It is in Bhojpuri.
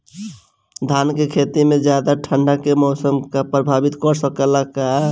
धान के खेती में ज्यादा ठंडा के मौसम का प्रभावित कर सकता बा?